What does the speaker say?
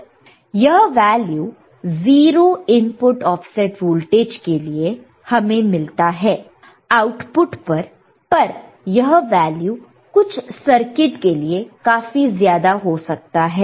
यह value 0 input offset voltage के लिए हमें मिलता है आउटपुट पर और यह वैल्यू कुछ सर्किट के लिए काफी ज्यादा हो सकता है